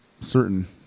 certain